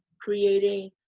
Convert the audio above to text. creating